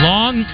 Long